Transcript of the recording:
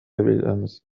بالأمس